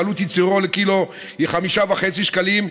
שעלות ייצורו לקילו היא 5.5 שקלים,